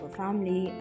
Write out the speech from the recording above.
family